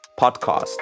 podcast